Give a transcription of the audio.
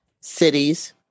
cities